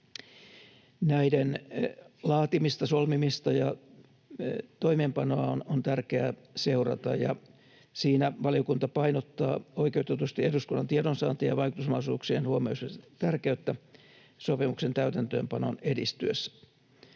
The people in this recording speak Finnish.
Näiden laatimista, solmimista ja toimeenpanoa on tärkeää seurata, ja siinä valiokunta painottaa oikeutetusti eduskunnan tiedonsaanti- ja vaikutusmahdollisuuksien huomioimisen tärkeyttä sopimuksen täytäntöönpanon edistyessä.